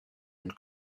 and